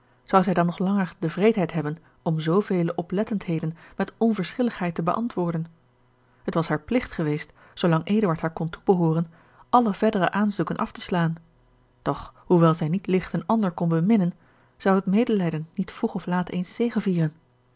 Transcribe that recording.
zou zij dan nog langer de wreedheid hebben om zoovele oplettendheden met onverschilligheid te beantwoorden het was haar pligt geweest zoolang eduard haar kon toebehooren alle verdere aanzoeken af te slaan doch hoewel zij niet ligt een ander kon beminnen zou het medelijden niet vroeg of laat eens zegevieren